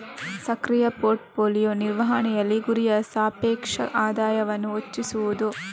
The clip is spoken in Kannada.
ಸಕ್ರಿಯ ಪೋರ್ಟ್ ಫೋಲಿಯೊ ನಿರ್ವಹಣೆಯಲ್ಲಿ, ಗುರಿಯು ಸಾಪೇಕ್ಷ ಆದಾಯವನ್ನು ಹೆಚ್ಚಿಸುವುದು